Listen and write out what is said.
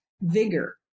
vigor